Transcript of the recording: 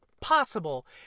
possible